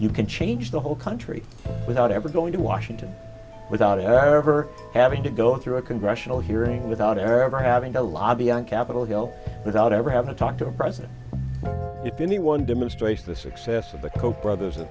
you can change the whole country without ever going to washington without however having to go through a congressional hearing without ever having to la bianca capitol hill without ever having to talk to a president if anyone demonstrates the success of the koch brothers and